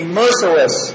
merciless